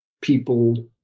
people